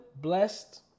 blessed